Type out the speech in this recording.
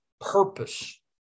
purpose